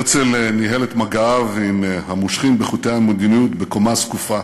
הרצל ניהל את מגעיו עם המושכים בחוטי המדיניות בקומה זקופה,